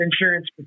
insurance